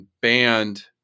banned